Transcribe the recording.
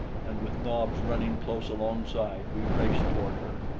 and with nobs running close alongside, we raced toward her.